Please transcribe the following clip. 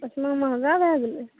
ओतना महगा भए गेलै